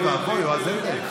מה האידיאולוגיה שלך?